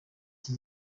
iki